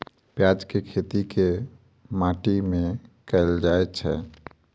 प्याज केँ खेती केँ माटि मे कैल जाएँ छैय?